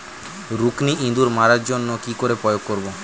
রুকুনি ইঁদুর মারার জন্য কি করে প্রয়োগ করব?